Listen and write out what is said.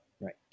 Right